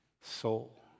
soul